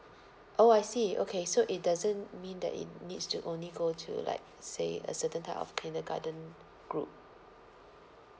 oh I see okay so it doesn't mean that it needs to only go to like say a certain type of kindergarten group